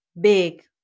big